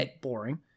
boring